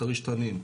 כריש-תנין,